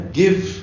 give